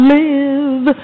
live